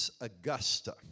Augusta